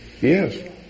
Yes